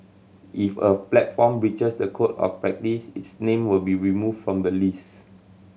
if a platform breaches the Code of Practice its name will be removed from the list